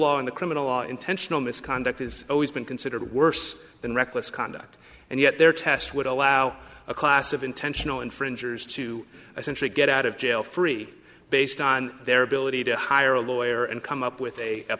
law in the criminal law intentional misconduct is always been considered worse than reckless conduct and yet their test would allow a class of intentional infringers to essentially get out of jail free based on their ability to hire a lawyer and come up with a